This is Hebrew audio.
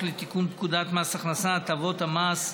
לתיקון פקודת מס הכנסה (הטבות המס),